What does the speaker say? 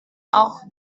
auch